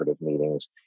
meetings